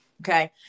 okay